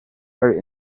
very